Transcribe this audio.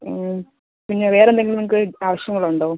പിന്നെ വേറെ എന്തെങ്കിലും നിങ്ങൾക്ക് ആവശ്യങ്ങളുണ്ടോ